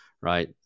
right